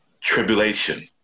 tribulation